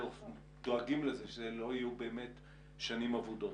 דואגים לזה שאלה לא יהיו באמת שנים אבודות.